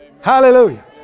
Hallelujah